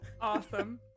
awesome